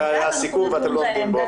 זה היה הסיכום ואתם לא עומדים בו.